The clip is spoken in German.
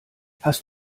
hast